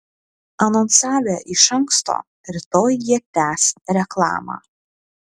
anonsavę iš anksto rytoj jie tęs reklamą